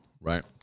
right